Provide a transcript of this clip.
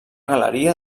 galeria